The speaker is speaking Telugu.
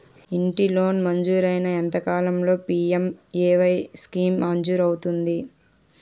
ఇంటి లోన్ మంజూరైన ఎంత కాలంలో పి.ఎం.ఎ.వై స్కీమ్ మంజూరు అవుతుంది?